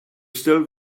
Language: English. still